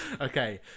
okay